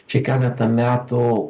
čia keletą metų